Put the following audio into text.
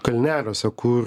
kalneliuose kur